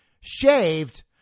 shaved